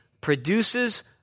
produces